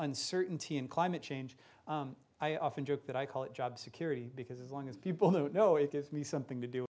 uncertainty and climate change i often joke that i call it job security because as long as people who know it gives me something to do